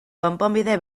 konponbide